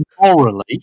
morally